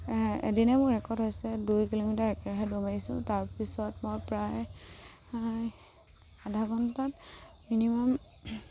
এদিনে মোৰ ৰেকৰ্ড হৈছে দুই কিলোমিটাৰ একেৰাহে দৌৰ মাৰিছোঁ তাৰপিছত মই প্ৰায় আধা ঘণ্টাত মিনিমাম